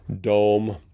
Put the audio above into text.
dome